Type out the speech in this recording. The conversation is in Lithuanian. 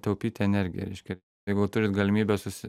taupyti energiją reiškia jeigu turit galimybę susi